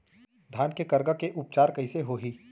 धान के करगा के उपचार कइसे होही?